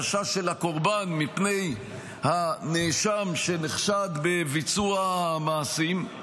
החשש של הקורבן מפני הנאשם שנחשד בביצוע המעשים.